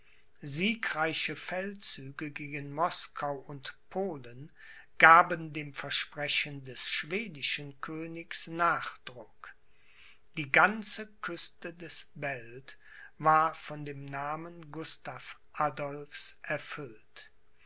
siegreiche feldzüge gegen moskau und polen gaben dem versprechen des schwedischen königs nachdruck die ganze küste des belt war von dem namen gustav adolphs erfüllt